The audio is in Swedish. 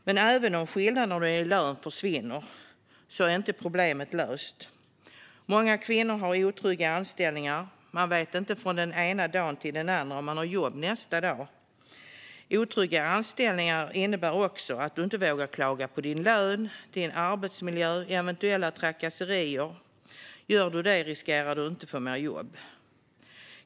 Men även om skillnaderna i lön försvinner är inte problemet löst. Många kvinnor har otrygga anställningar. Men vet inte från den ena dagen till den andra om man har jobb nästa dag. Otrygga anställningar innebär också att du inte vågar klaga på din lön, din arbetsmiljö eller eventuella trakasserier. Gör du det riskerar du att inte få mer jobb.